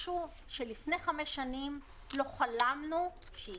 משהו שלפני חמש שנים לא חלמנו שיקרה.